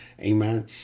Amen